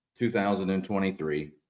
2023